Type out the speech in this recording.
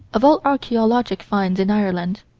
of all archaeologic finds in ireland,